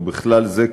ובכלל זה,